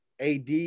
AD